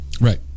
Right